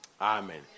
Amen